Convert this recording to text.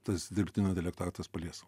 tas dirbtinio intelekto aktas palies